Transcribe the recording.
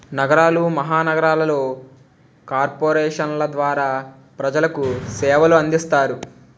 నగరాలు మహానగరాలలో కార్పొరేషన్ల ద్వారా ప్రజలకు సేవలు అందిస్తారు